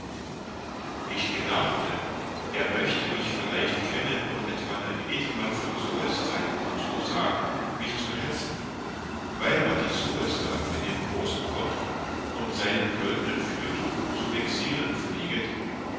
ich gedachte er möchte mich vielleicht kennen und etwan ein edelmann von soest sein und so sagen mich zu hetzen weil man die soester mit dem großen gott und seinem göldenen fürtuch zu vexieren pfleget